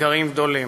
אתגרים גדולים.